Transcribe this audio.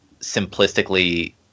simplistically